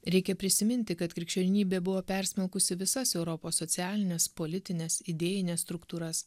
reikia prisiminti kad krikščionybė buvo persmelkusi visas europos socialines politines idėjines struktūras